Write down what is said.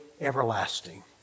everlasting